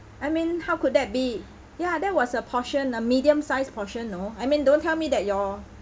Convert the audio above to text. I mean how could that be ya that was a portion a medium sized portion no I mean don't tell me that your